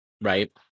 Right